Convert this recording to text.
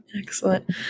excellent